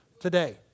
today